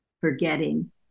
forgetting